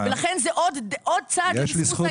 לכן זה עוד צעד למסמוס העניין.